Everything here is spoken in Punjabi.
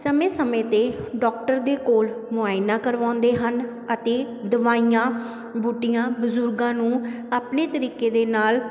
ਸਮੇਂ ਸਮੇਂ 'ਤੇ ਡਾਕਟਰ ਦੇ ਕੋਲ ਮੁਆਇਨਾ ਕਰਵਾਉਂਦੇ ਹਨ ਅਤੇ ਦਵਾਈਆਂ ਬੂਟੀਆਂ ਬਜ਼ੁਰਗਾਂ ਨੂੰ ਆਪਣੇ ਤਰੀਕੇ ਦੇ ਨਾਲ